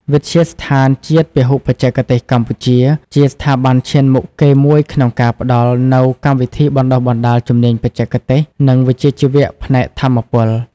វិទ្យាស្ថានជាតិពហុបច្ចេកទេសកម្ពុជា ជាស្ថាប័នឈានមុខគេមួយក្នុងការផ្តល់នូវ កម្មវិធីបណ្តុះបណ្តាលជំនាញបច្ចេកទេស និងវិជ្ជាជីវៈផ្នែកថាមពល។